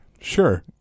Sure